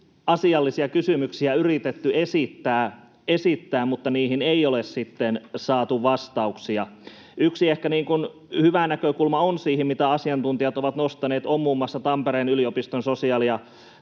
asiallisia kysymyksiä yritetty esittää, mutta niihin ei ole sitten saatu vastauksia. Yksi ehkä hyvä näkökulma siihen, mitä asiantuntijat ovat nostaneet, on muun muassa Tampereen yliopiston sosiaali- ja